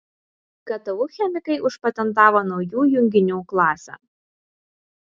ktu chemikai užpatentavo naujų junginių klasę